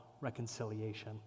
reconciliation